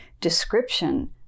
description